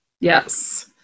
Yes